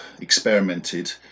experimented